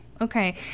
okay